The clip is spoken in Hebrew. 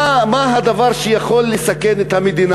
מה הדבר שיכול לסכן את המדינה?